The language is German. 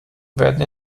werden